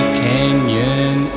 canyon